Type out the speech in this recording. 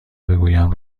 بگویم